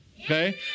Okay